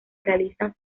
realizan